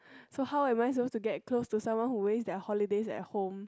so how am I suppose to get close with someone who waste his holidays at home